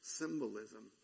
symbolism